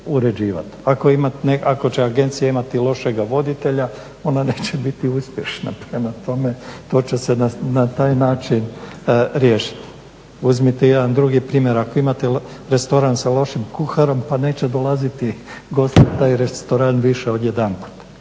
Ako će agencija imati lošega voditelja ona neće biti uspješna. Prema tome, to će se na taj način riješiti. Uzmite jedan drugi primjer, ako imate restoran sa lošim kuharom pa neće dolaziti gosti u taj restoran više od jedanput.